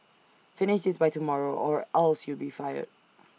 finish this by tomorrow or else you'll be fired